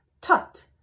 Tut